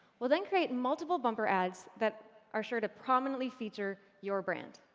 we'll then create multiple bumper ads that are sure to prominently feature your brand.